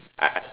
I I